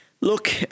look